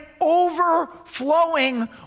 overflowing